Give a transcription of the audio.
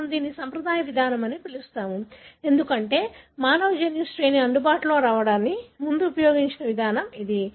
మనము దీనిని సంప్రదాయ విధానం అని పిలుస్తాము ఎందుకంటే మానవ జన్యు శ్రేణి అందుబాటులోకి రావడానికి ముందు ఉపయోగించిన విధానం ఇది